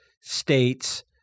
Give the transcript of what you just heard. states